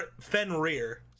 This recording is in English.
Fenrir